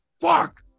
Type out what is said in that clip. fuck